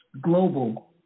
Global